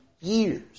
years